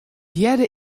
hearde